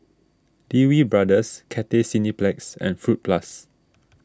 Lee Wee Brothers Cathay Cineplex and Fruit Plus